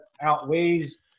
outweighs